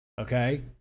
Okay